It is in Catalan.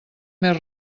més